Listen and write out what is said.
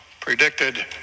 predicted